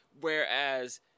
Whereas